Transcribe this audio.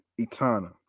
Etana